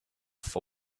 for